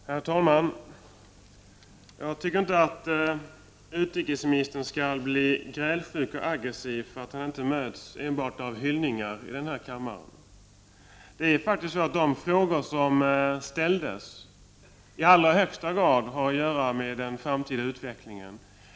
Herr talman! Jag tycker inte att utrikesministern skall bli grälsjuk och aggressiv för att han inte möts av enbart hyllningar i denna kammare. De frågor som ställdes har i allra högsta grad att göra med den framtida utvecklingen.